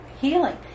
healing